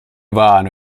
vano